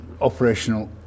operational